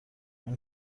اون